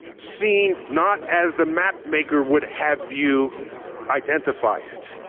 seen, not as the mapmaker would have you identify it.